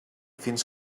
fins